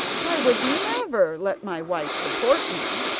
i would never let my wife support me.